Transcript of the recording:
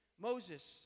Moses